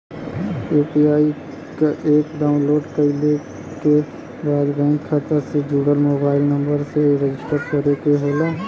UPI क app download कइले के बाद बैंक खाता से जुड़ल मोबाइल नंबर से रजिस्टर करे के होला